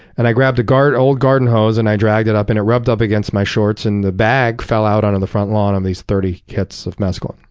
and i grabbed the old garden hose and i dragged it up, and it rubbed up against my shorts, and the bag fell out onto the front lawn of these thirty hits of mescaline.